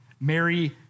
Mary